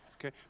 Okay